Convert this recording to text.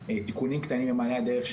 תיקונים קטנים במעלה הדרך,